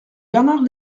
bernard